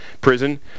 prison